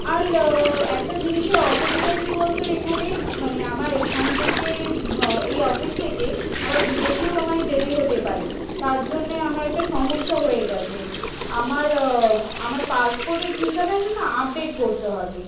আর একটা জিনিসে অসুবিধা কী বল তো এখানে মানে আমার এখান থেকে এই অফিস থেকে আবার বিদেশেও আমায় যেতে হতে পারে তার জন্যে আমার একটা সমস্যা হয়ে গেছে আমার আমার পাসপোর্টের ঠিকানাটা না আপডেট করতে হবে